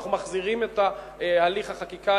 אנחנו מחזירים את הליך החקיקה.